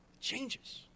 changes